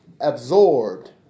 absorbed